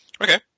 okay